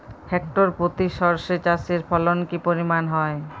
Hectare প্রতি সর্ষে চাষের ফলন কি পরিমাণ হয়?